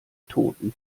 toten